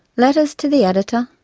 letters to the editor.